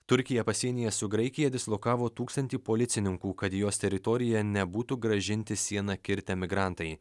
turkija pasienyje su graikija dislokavo tūkstantį policininkų kad į jos teritoriją nebūtų grąžinti sieną kirtę migrantai